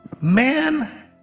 Man